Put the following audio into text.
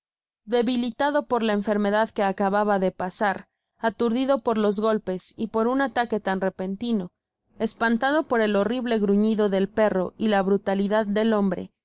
debilitado por la enfermedad que acababa de pasar aturdido por los golpes y por un ataque tan repentino espantado por el horrible gruñido del perro y la brutalidad del hombre